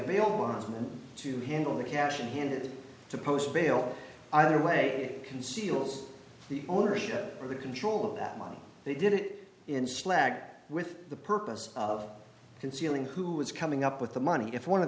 bill to handle the cash in hand to post bail either way conceals the ownership of the control of that money they did it in slack with the purpose of concealing who was coming up with the money if one of